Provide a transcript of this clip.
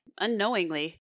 unknowingly